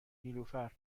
نیلوفرمن